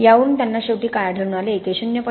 यावरून त्यांना शेवटी काय आढळून आले की 0